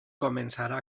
començarà